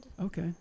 Okay